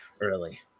early